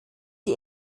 die